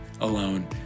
alone